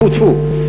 טפו-טפו,